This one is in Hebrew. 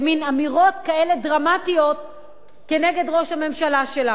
אמירות כאלה דרמטיות כנגד ראש הממשלה שלנו.